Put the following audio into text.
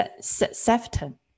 Sefton